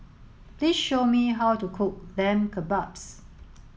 please show me how to cook Lamb Kebabs